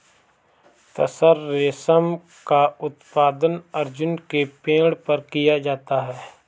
तसर रेशम का उत्पादन अर्जुन के पेड़ पर किया जाता है